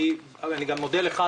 אני מודה לך,